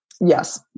Yes